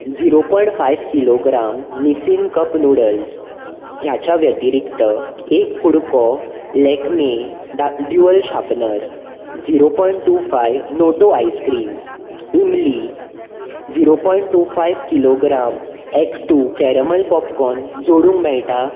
zero point five kilogram Nissin cup noodles ह्याच्या व्यतिरिक्त एक कु़डको Lakme dual sharpener zero point two five Noto ice cream imli zero point two five kilogram act two caramel popcorn जोडूंक मेळटा